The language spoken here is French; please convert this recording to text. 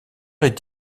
est